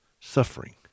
suffering